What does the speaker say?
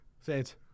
Saints